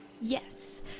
Yes